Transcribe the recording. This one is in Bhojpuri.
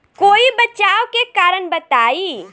कोई बचाव के कारण बताई?